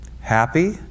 Happy